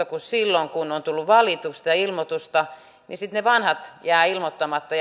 kuin silloin kun on on tullut valituksi niin sitten ne vanhat jäävät ilmoittamatta